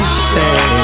say